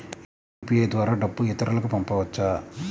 UPI ద్వారా డబ్బు ఇతరులకు పంపవచ్చ?